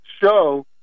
show